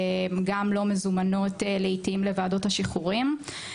גם לא מזומנות לעיתים לוועדות השחרורים.